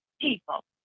people